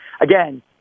Again